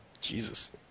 Jesus